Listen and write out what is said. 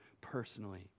personally